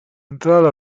entrare